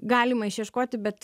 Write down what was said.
galima išieškoti bet